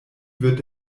wird